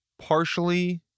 partially